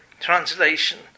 translation